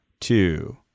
two